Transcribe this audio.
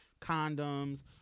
condoms